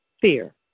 Fear